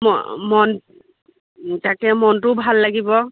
ম মন তাকে মনটোও ভাল লাগিব